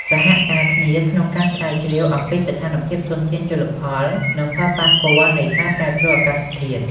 សហការគ្នាក្នុងការស្រាវជ្រាវអំពីស្ថានភាពធនធានជលផល និងផលប៉ះពាល់នៃការប្រែប្រួលអាកាសធាតុ។